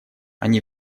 они